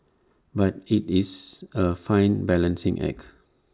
but IT is A fine balancing act